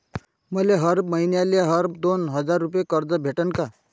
मले हर मईन्याले हर दोन हजार रुपये कर्ज भेटन का?